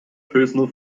personal